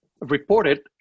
reported